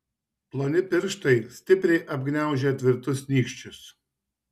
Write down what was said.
ploni pirštai stipriai apgniaužę tvirtus nykščius